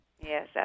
Yes